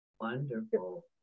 Wonderful